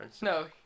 No